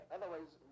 Otherwise